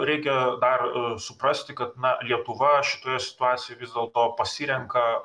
reikia dar suprasti kad na lietuva šitoje situacijoj vis dėlto pasirenka